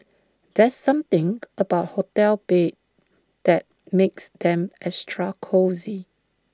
there's something about hotel beds that makes them extra cosy